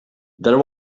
there